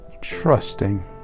trusting